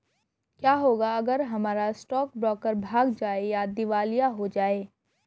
क्या होगा अगर हमारा स्टॉक ब्रोकर भाग जाए या दिवालिया हो जाये?